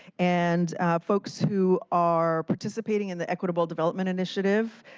and folks who are participating in the equitable development initiative,